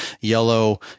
yellow